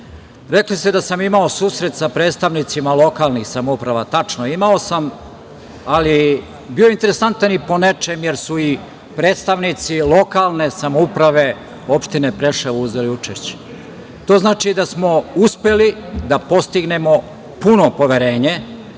ste da sam imao susret sa predstavnicima lokalnih samouprava. Tačno imao sam, ali bio je interesantan i po nečem, jer su i predstavnici lokalne samouprave opštine Preševo uzeli učešće. To znači da smo uspeli da postignemo puno poverenje,